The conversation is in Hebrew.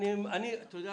אני שמח